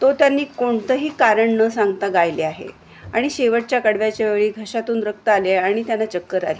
तो त्यांनी कोणतंही कारण न सांगता गायले आहे आणि शेवटच्या कडव्याच्या वेळी घशातून रक्त आले आणि त्यांना चक्कर आली